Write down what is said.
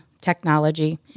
technology